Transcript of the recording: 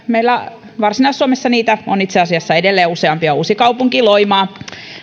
meillä varsinais suomessa niitä on itse asiassa edelleen useampia uusikaupunki loimaa